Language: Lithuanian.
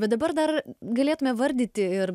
bet dabar dar galėtume vardyti ir